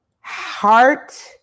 heart